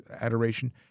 adoration